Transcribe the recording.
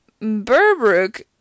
Burbrook